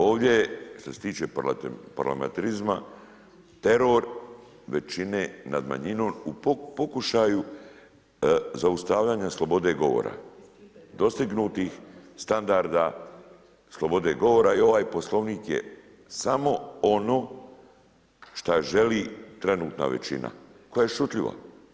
Ovdje što se tiče parlamentarizma, teror većine nad manjinom u pokušaju zaustavljanja slobode govora dostignutih standarda slobode govora i ovaj Poslovnik je samo ono što želi trenutna većina koja je šutljiva.